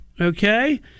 okay